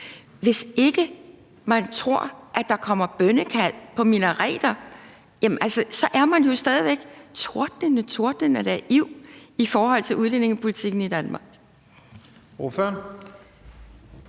Hvis ikke man tror, at der kommer bønnekald på minareter, så er man jo stadig væk tordnende, tordnende naiv i forhold til udlændingepolitikken i Danmark.